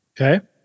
Okay